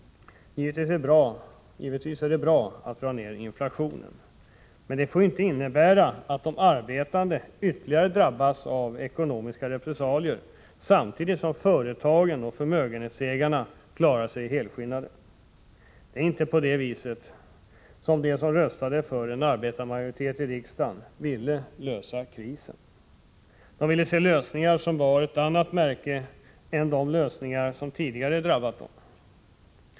Givetvis är det bra att dra ner inflationen, men det får ju inte innebära att de arbetande drabbas av ytterligare ekonomiska repressalier samtidigt som företagen och förmögenhetsägarna klarar sig helskinnade. Det är inte på det viset som de som röstade för en arbetarmajoritet i riksdagen ville lösa krisen. De ville se lösningar som bar ett annat märke än de lösningar som tidigare drabbat dem.